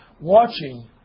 watching